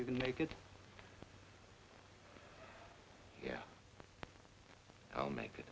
you can make it yeah i'll make it